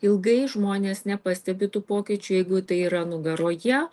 ilgai žmonės nepastebi tų pokyčių jeigu tai yra nugaroje